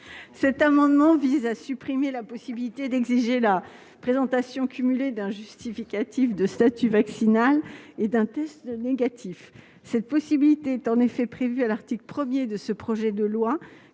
Cet amendement vise à supprimer la possibilité d'exiger la présentation cumulée d'un justificatif de statut vaccinal et d'un test négatif. Cette mesure est en effet prévue à l'article 1 de ce projet de loi,